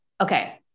okay